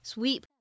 Sweep